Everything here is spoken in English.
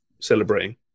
celebrating